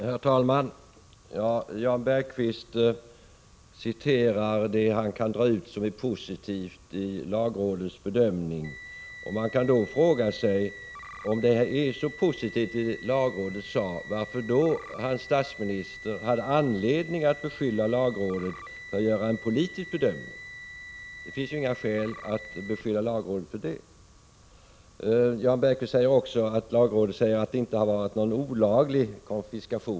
Herr talman! Jan Bergqvist citerar det han kan dra ut som positivt i lagrådets bedömning. Man kan då fråga sig: Om vad lagrådet sade är så positivt, varför hade då statsministern anledning att beskylla lagrådet för att göra en politisk bedöming? Det finns ju då inga skäl för den beskyllningen. Jan Bergqvist säger också att lagrådet anser att det inte har varit någon olaglig konfiskation.